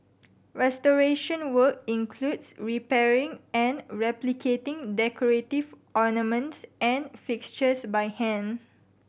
restoration work includes repairing and replicating decorative ornaments and fixtures by hand